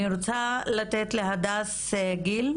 אני רוצה לתת להדס גול,